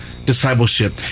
Discipleship